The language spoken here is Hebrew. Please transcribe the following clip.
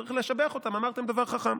צריך לשבח אותם: אמרתם דבר חכם.